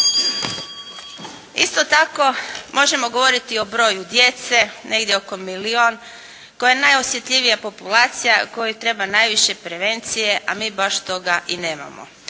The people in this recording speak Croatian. Isto tako možemo govoriti o broju djece, negdje oko milijun, koji je najosjetljivija populacija koja treba najviše prevencije, a mi baš toga i nemamo.